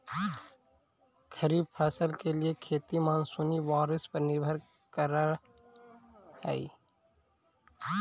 खरीफ फसल के लिए खेती मानसूनी बारिश पर निर्भर करअ हई